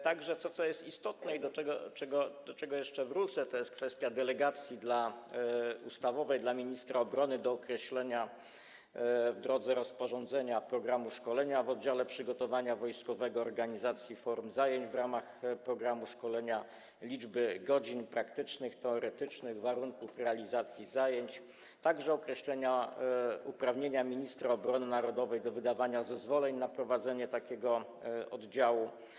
To, co jest istotne i do czego jeszcze wrócę, to jest również kwestia delegacji ustawowej dla ministra obrony do określenia, w drodze rozporządzenia, programu szkolenia w oddziale przygotowania wojskowego, organizacji i form zajęć w ramach programu szkolenia, liczby godzin praktycznych, teoretycznych, warunków realizacji zajęć, a także określenia uprawnienia ministra obrony narodowej do wydawania zezwoleń na prowadzenie takiego oddziału.